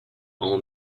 all